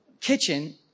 kitchen